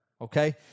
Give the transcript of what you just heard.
Okay